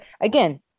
again